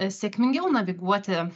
sėkmingiau naviguoti